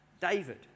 David